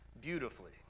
beautifully